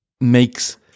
makes